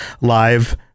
live